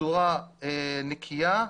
בצורה נקייה,